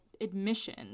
admission